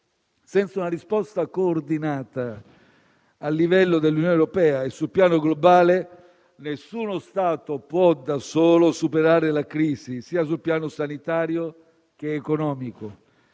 Senza una risposta coordinata a livello dell'Unione europea e sul piano globale, nessuno Stato può da solo superare la crisi sul piano sia sanitario che economico.